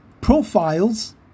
profiles